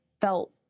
felt